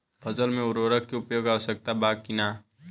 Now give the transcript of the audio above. फसल में उर्वरक के उपयोग आवश्यक बा कि न?